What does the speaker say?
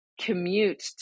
commute